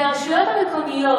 והרשויות המקומיות,